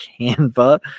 Canva